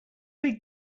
big